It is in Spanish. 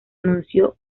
anunció